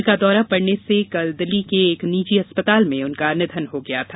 दिल का दौरा पड़ने से कल दिल्ली के एक निजी अस्पताल में उनका निधन हो गया था